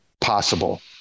possible